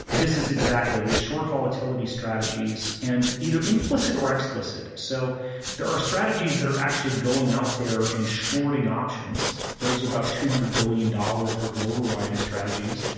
this is exactly, these short volatility strategies and either implicit or explicit. so there are strategies that are actually going out there and shorting options. those are about two hundred billion dollars worth of overriding strategies